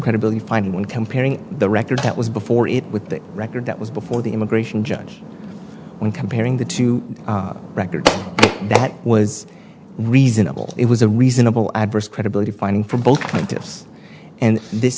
credibility finding one comparing the record that was before it with the record that was before the immigration judge when comparing the two records that was reasonable it was a reasonable adverse credibility finding for both and this